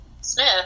Smith